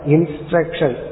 Instruction